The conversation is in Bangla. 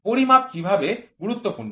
পরিমাপ কীভাবে গুরুত্বপূর্ণ